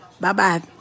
Bye-bye